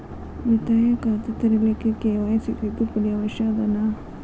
ಉಳಿತಾಯ ಖಾತೆ ತೆರಿಲಿಕ್ಕೆ ಕೆ.ವೈ.ಸಿ ತಿದ್ದುಪಡಿ ಅವಶ್ಯ ಅದನಾ?